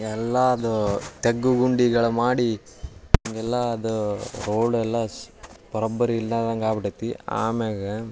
ಎಲ್ಲದೂ ತಗ್ಗು ಗುಂಡಿಗಳು ಮಾಡಿ ಹಾಗೆಲ್ಲ ಅದು ರೋಡೆಲ್ಲ ಸ್ ಬರೋಬ್ಬರಿ ಇಲ್ಲದಂಗೆ ಆಗ್ಬಿಟ್ಟೈತಿ ಆಮ್ಯಾಲೆ